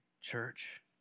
church